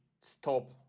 stop